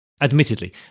Admittedly